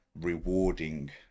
rewarding